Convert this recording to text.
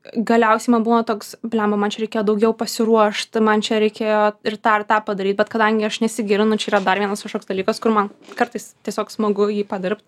galiausiai man būna toks bliamba man čia reikėjo daugiau pasiruošt man čia reikėjo ir tą ir tą padaryt bet kadangi aš nesigilinu čia yra dar vienas kažkoks dalykas kur man kartais tiesiog smagu jį padirbt